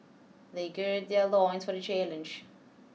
they gird their loins for the challenge